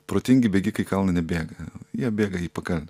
protingi bėgikai į kalną nebėga jie bėga į pakalnę